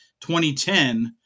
2010